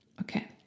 Okay